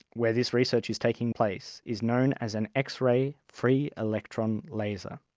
where this research is taking place is known as an x-ray free electron laser.